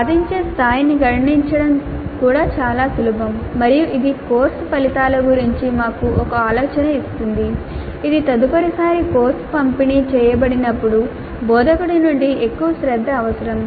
సాధించే స్థాయిని గణించడం కూడా చాలా సులభం మరియు ఇది కోర్సు ఫలితాల గురించి మాకు ఒక ఆలోచన ఇస్తుంది ఇది తదుపరిసారి కోర్సు పంపిణీ చేయబడినప్పుడు బోధకుడి నుండి ఎక్కువ శ్రద్ధ అవసరం